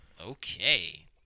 Okay